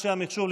אנשי המחשוב,